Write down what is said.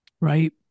right